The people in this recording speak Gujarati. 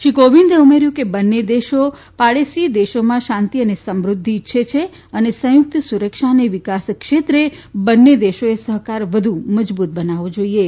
શ્રી કોવિંદે ઉમેર્યુ કે બંને દેશો પાડોશી દેશોમાં શાંતી અને સમૃધ્ધિ ઇચ્છે છે અને સંયુકત સુરક્ષા અને વિકાસ ક્ષેત્રે બંને દેશોએ સહકાર વધુ મજબુત બનાવવો જોઇએ